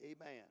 amen